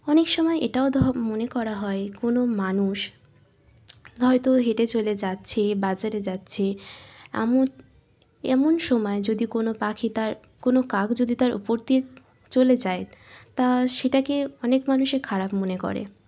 অনেক সময় এটাও ধ মনে করা হয় কোনো মানুষ হয়তো হেঁটে চলে যাচ্ছে বাজারে যাচ্ছে এম এমন সময় যদি কোনো পাখি তার কোনো কাক যদি তার উপর দিয়ে চলে যায় তা সেটাকে অনেক মানুষের খারাপ মনে করে